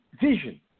vision